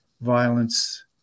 violence